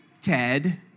Ted